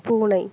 பூனை